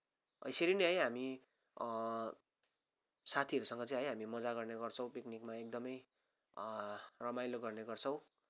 यसरी नै है हामी साथीहरूसँग चाहिँ है हामी मजा गर्ने गर्छौँ हामी पिकनिकमा एकदमै रमाइलो गर्ने गर्छौँ